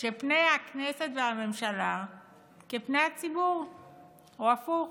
שפני הכנסת והממשלה כפני הציבור או הפוך.